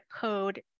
code